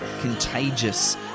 Contagious